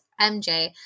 MJ